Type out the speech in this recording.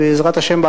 בעזרת השם,